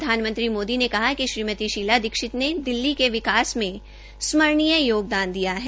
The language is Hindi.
प्रधानमंत्री मोदी ने कहा कि श्रीमती शीला दीक्षितने दिल्ली के विकास में स्मरणीय योगदान दिया है